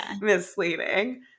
misleading